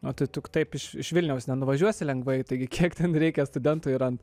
o tai tu taip iš vilniaus nenuvažiuosi lengvai taigi kiek ten reikia studentui ir ant